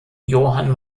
johann